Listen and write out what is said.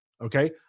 okay